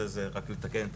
זה רק לתקן את